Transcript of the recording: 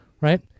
Right